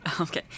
Okay